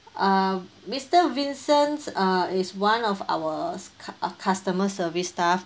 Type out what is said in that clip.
uh mister vincent uh is one of our cus~ uh customer service staff